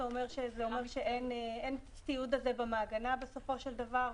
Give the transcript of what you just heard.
זה אומר שאין את הציוד הזה במעגנה בסופו של דבר.